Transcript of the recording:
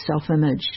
self-image